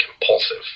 compulsive